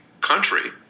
country